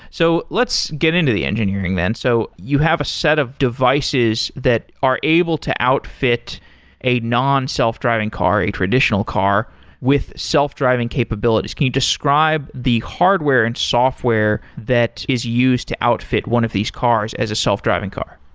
so let's get into the engineering then. so you have a set of devices that are able to outfit a non-self-driving car, a traditional car with self-driving capabilities. can you describe the hardware and software that is used to outfit one of these cars as a self-driving car?